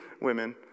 women